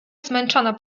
zmęczona